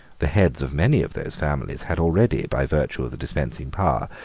the heads of many of those families had already, by virtue of the dispensing power,